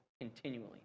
continually